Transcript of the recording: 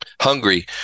Hungry